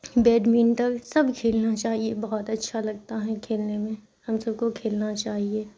badminton سب کھیلنا چاہیے بہت اچھا لگتا ہیں کھیلنے میں ہم سب کو کھیلنا چاہیے